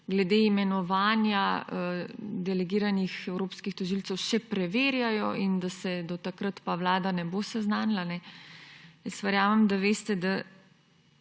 glede imenovanja delegiranih evropskih tožilcev še preverjajo in da se do takrat pa Vlada ne bo seznanila, veste, da